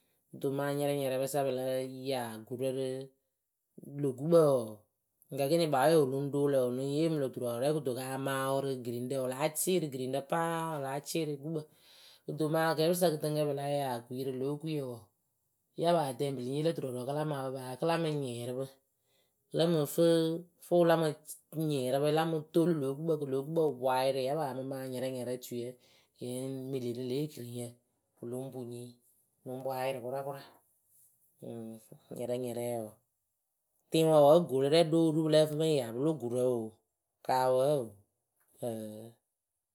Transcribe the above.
do mɨŋ anyɛrɛnyɛrɛpɨsa pɨla ya gurǝ rɨ lö gukpǝ wɔɔ gǝ ekiniŋ wɨ lɨŋ roŋ lǝ wɨ lɨŋ yeemɨ lǝ turɔɔrɔ rɛ kɨto ka mawʊ rɨ giriŋɖǝ. wɨ láa cɩrɩgiriŋɖǝ paa wɨ láa cɩrɩ gukpǝ. kɨto mɨŋ akɛɛpɨsa kɨtɨŋkǝ pɨla ya okui rɨ lǒ okuiyǝ wɔɔ ya paa tɛŋ pɨ lɨŋ yee lǝ turɔɔrɔ kɨ la mawɨ paa kɨ la mɨ nyɩrɩpɨ kɨ lǝ mǝ fɨ fʊʊ la mɨ nyɩrɩpɨ la mutoolu lǒ gukpǝ kɨ lǒ gukpǝ wɨ poŋ ayɩrɩ ya paa mɨ maa anyɛrɛnyɛrɛ tuiyǝ yɨŋ mili rɨ lě ekiriŋyǝ wɨlɨŋ pu nyi wɨ lɨŋ poŋ ayɩrɩ kʊrakʊra nyɛrɛnyɛrɛ wɔɔ tɩŋwǝ wǝ gorɛ lóo ru pɨ lǝ fɨ pɨŋ ya pɨlo gurǝ oo kawǝ oo